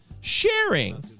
sharing